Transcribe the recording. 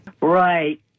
Right